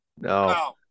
No